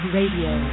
Radio